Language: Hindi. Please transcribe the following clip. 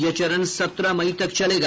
यह चरण सत्रह मई तक चलेगा